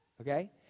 Okay